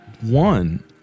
One